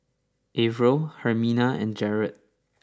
Arvel Hermina and Jarrad